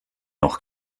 noch